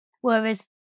Whereas